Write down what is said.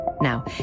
Now